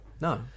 No